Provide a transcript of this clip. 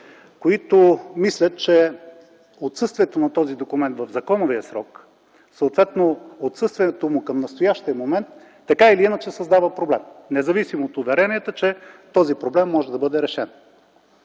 които мислят, че отсъствието на този документ в законовия срок, съответно отсъствието му към настоящия момент така или иначе създава проблем, независимо от уверенията, че този проблем може да бъде решен.